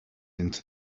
into